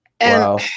Wow